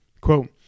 quote